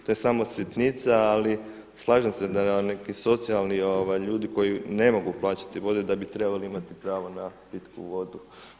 To je samo sitnica, ali slažem se da neki socijalni ljudi koji ne mogu plaćati vodu da bi trebali imati pravo na pitku vodu.